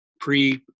pre